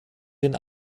den